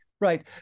Right